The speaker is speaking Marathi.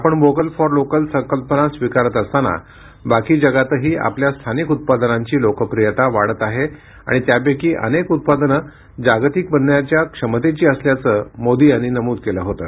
आपण वोकल फॉर लोकल संकल्पना स्वीकारत असताना बाकी जगातही आपल्या स्थानिक उत्पादनांची लोकप्रियता वाढत आहे आणि त्यापैकी अनेक उत्पादनं जागतिक बनण्याच्या क्षमतेची असल्याचं मोदी यांनी नमूद केलं होतं